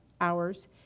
hours